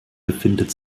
befindet